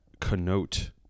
connote